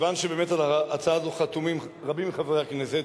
כיוון שבאמת על ההצעה הזאת חתומים רבים מחברי הכנסת,